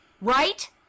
right